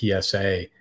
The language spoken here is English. PSA